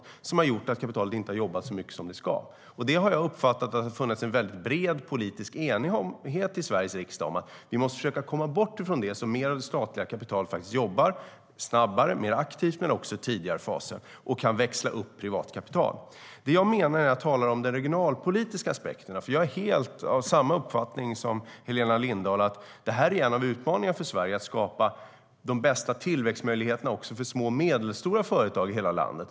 Det har lett till att kapitalet inte har jobbat så mycket som det ska. Jag har uppfattat det som att det har funnits en bred politisk enighet i Sveriges riksdag om att vi måste försöka komma bort från det. Mer av det statliga kapitalet ska jobba snabbare och mer aktivt men också i tidigare faser och kunna växla upp privat kapital. När jag talar om den regionalpolitiska aspekten menar jag - jag har nämligen samma uppfattning som Helena Lindahl - att en av utmaningarna för Sverige är att skapa de bästa tillväxtmöjligheterna också för små och medelstora företag i hela landet.